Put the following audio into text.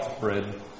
bread